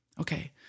Okay